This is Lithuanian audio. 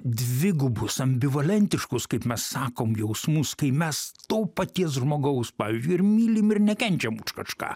dvigubus ambivalentiškus kaip mes sakom jausmus kai mes to paties žmogaus pavyzdžiu ir mylim ir nekenčiam už kažką